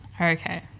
Okay